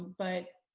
but,